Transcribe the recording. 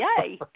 yay